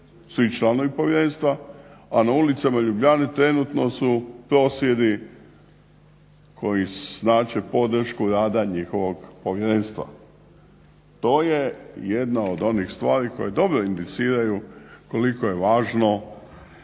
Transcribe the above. svi članovi Povjerenstva, a na ulicama Ljubljane trenutno su prosvjedi koji znače podršku rada njihovog Povjerenstva. To je jedna od onih stvari koje dobro indiciraju koliko je važno